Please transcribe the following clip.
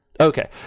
Okay